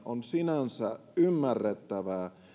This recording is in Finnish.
on sinänsä ymmärrettävää